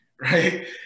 right